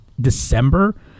December